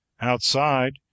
Outside